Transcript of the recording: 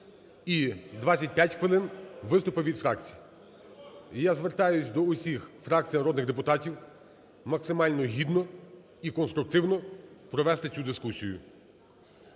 і 25 хвилин – виступи від фракцій. І я звертаюсь до всіх фракцій і народних депутатів максимально гідно і конструктивно провести цю дискусію.